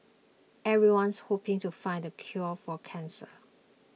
everyone's hoping to find the cure for cancer